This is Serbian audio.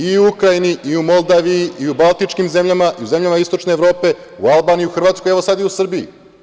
I u Ukrajini i u Moldaviji i u baltičkim zemljama i u zemljama istočne Evrope, u Albaniji, u Hrvatskoj, evo sad i u Srbiji.